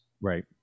right